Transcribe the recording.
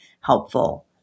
helpful